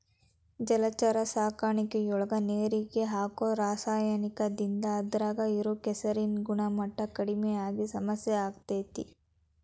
ಜಲಚರ ಸಾಕಾಣಿಕೆಯೊಳಗ ನೇರಿಗೆ ಹಾಕೋ ರಾಸಾಯನಿಕದಿಂದ ಅದ್ರಾಗ ಇರೋ ಕೆಸರಿನ ಗುಣಮಟ್ಟ ಕಡಿಮಿ ಆಗಿ ಸಮಸ್ಯೆ ಆಗ್ತೇತಿ